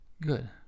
Good